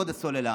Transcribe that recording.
יורדת הסוללה.